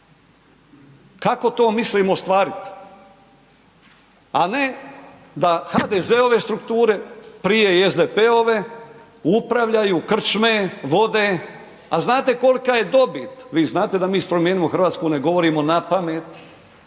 Kako to mislimo ostvariti, a ne da HDZ-ove strukture prije i SDP-ove upravljaju krčme, vode a znate kolika je dobit, vi znate da mi iz Promijenimo Hrvatsku ne govorimo napamet,